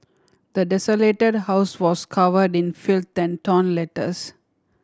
the desolated house was covered in filth torn letters